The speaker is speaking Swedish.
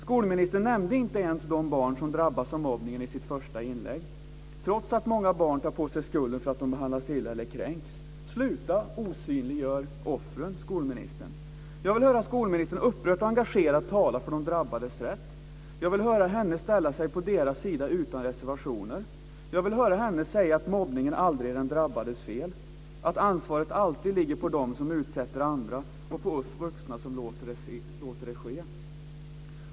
Skolministern nämnde inte ens de barn som drabbas av mobbning i sitt första inlägg, trots att många barn tar på sig skulden för att de behandlas illa eller kränks. Sluta med att osynliggöra offren, skolministern! Jag vill höra skolministern upprört och engagerat tala för de drabbades rätt. Jag vill höra henne ställa sig på deras sida utan reservationer. Jag vill höra henne säga att mobbning aldrig är den drabbades fel, att ansvaret alltid ligger på dem som utsätter andra och på oss vuxna som låter det ske.